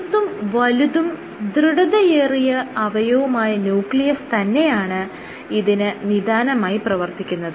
തീർത്തും വലുതും ദൃഢതയേറിയ അവയവുമായ ന്യൂക്ലിയസ് തന്നെയാണ് ഇതിന് നിദാനമായി പ്രവർത്തിക്കുന്നത്